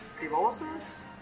divorces